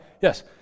Yes